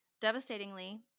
Devastatingly